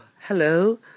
hello